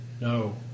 No